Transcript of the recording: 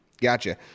Gotcha